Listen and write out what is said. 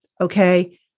Okay